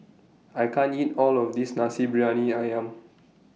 I can't eat All of This Nasi Briyani Ayam